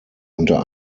unter